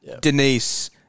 Denise